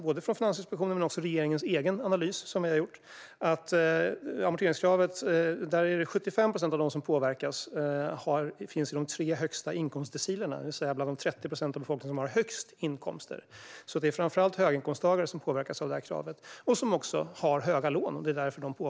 Både Finansinspektionens analyser och regeringens egen analys visar att 75 procent av dem som påverkas av amorteringskravet finns i de tre högsta inkomstdecilerna, det vill säga bland de 30 procent av befolkningen som har högst inkomster. Det är alltså i huvudsak höginkomsttagare med höga lån som påverkas av kravet.